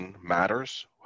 matters